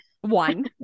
One